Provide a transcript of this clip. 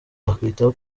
akakwitaho